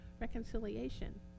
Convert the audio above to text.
reconciliation